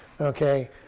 Okay